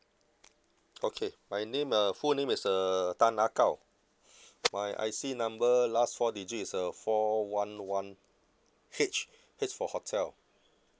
okay my name uh full name is uh tan ah gao my I_C number last four digit is uh four one one H H for hotel